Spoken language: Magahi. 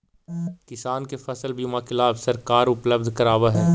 किसान के फसल बीमा के लाभ सरकार उपलब्ध करावऽ हइ